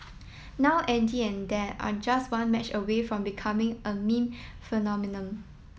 now Andy and dad are just one match away from becoming a meme phenomenon